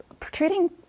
treating